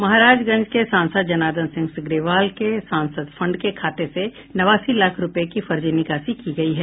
महाराजगंज के सांसद जनार्दन सिंह सीग्रीवाल के सांसद फंड के खाते से नवासी लाख रूपये की फर्जी निकासी की गयी है